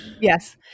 Yes